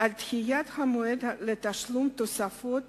על דחיית המועד לתשלום תוספות